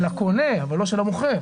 של הקונה אבל לא של המוכר.